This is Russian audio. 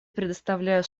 предоставляю